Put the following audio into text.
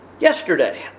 yesterday